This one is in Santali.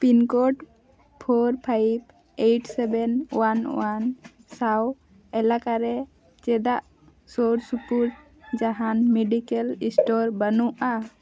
pin code for five eight seven one one ᱥᱟᱶ ᱮᱞᱟᱠᱟᱨᱮ ᱪᱮᱫᱟᱜ ᱥᱩᱨ ᱥᱩᱯᱩᱨ ᱡᱟᱦᱟᱱ ᱢᱮᱰᱤᱠᱮᱞ ᱥᱴᱳᱨ ᱵᱟᱹᱱᱩᱜᱼᱟ